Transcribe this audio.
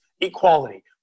equality